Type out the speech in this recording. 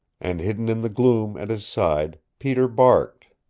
and hidden in the gloom at his side peter barked.